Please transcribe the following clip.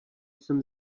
jsem